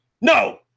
no